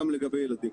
גם לגבי ילדים.